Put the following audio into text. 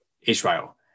Israel